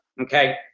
okay